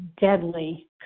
deadly